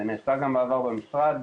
זה נעשה גם בעבר במשרד,